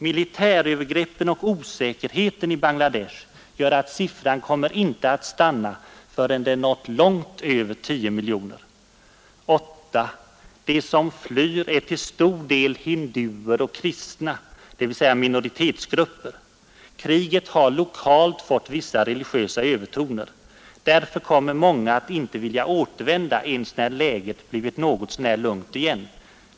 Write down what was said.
Militärövergreppen och osäkerheten i Bangla Desh gör att siffran inte kommer att stanna förrän den nått långt över 10 miljoner. 8. De som flyr är till stor del hinduer och kristna, dvs. minoritetsgrupper. Kriget har lokalt fått vissa religiösa övertoner, Därför kommer många att inte vilja återvända ens när läget blivit något så när lugnt igen.